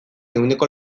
ehuneko